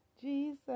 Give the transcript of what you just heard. Jesus